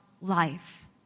life